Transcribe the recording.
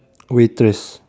waitress